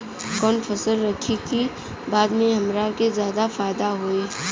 कवन फसल रखी कि बाद में हमरा के ज्यादा फायदा होयी?